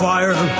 Fire